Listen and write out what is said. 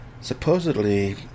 supposedly